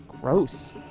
gross